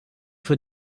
für